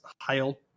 Heil